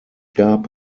gab